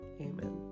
Amen